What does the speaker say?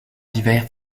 divers